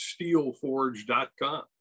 steelforge.com